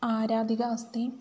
आराधिता अस्ति